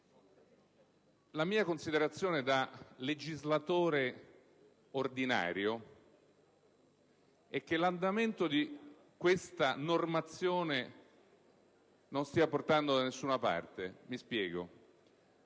La mia considerazione, da legislatore ordinario, è che l'andamento di questa normazione non stia portando da nessuna parte. Mi spiego: